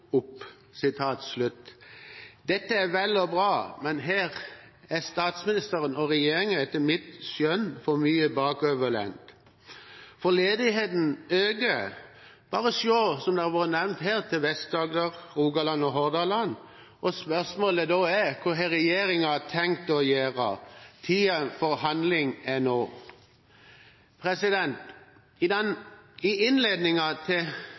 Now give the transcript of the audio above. opp, opp.» Dette er vel og bra, men her er statsministeren og regjeringen etter mitt skjønn for mye bakoverlent. For ledigheten øker – bare se, som det har vært nevnt her, på Vest-Agder, Rogaland og Hordaland. Spørsmålet da er: Hva har regjeringen tenkt å gjøre? Tiden for handling er nå. I innledningen til